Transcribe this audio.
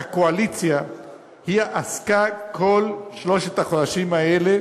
הקואליציה עסקה כל שלושת החודשים האלה